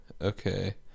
Okay